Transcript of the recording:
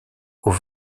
aux